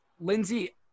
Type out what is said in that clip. Lindsey